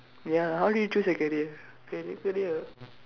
ya how did you choose your career ca~ career